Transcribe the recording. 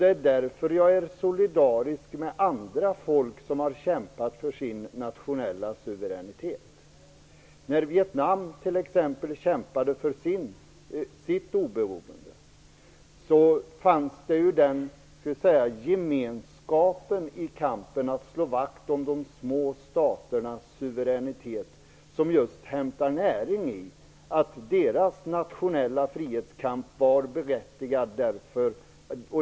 Det är därför jag är solidarisk med andra folk som har kämpat för sin nationella suveränitet. Vietnam kämpade t.ex. för sitt oberoende. Det fanns en gemenskap i kampen för att slå vakt om de små staternas suveränitet som just hämtade näring i det faktum att Vietnams nationella frihetskamp var berättigad.